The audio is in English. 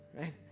right